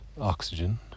oxygen